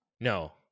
no